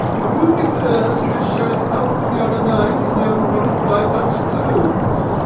the woman declares you sallied out the other night in young robert vipont's clothes.